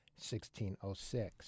1606